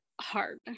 hard